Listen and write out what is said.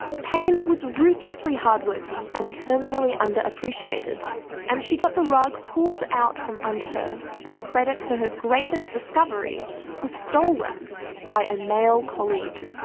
payne was ruthlessly hardworking and terminally underappreciated and she got the rug pulled out from under her when credit for her greatest discovery was stolen by a male colleague.